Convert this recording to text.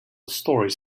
stories